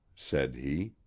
said he.